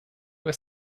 was